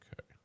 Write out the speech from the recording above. Okay